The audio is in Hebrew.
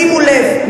שימו לב,